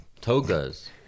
Togas